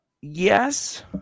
yes